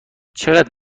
چقدر